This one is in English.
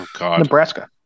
Nebraska